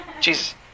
Jesus